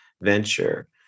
venture